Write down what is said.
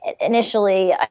initially